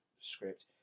script